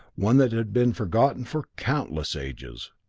one that had been forgotten for countless ages.